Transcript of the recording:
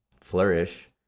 flourish